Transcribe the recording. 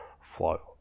flow